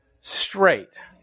straight